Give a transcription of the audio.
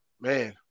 Man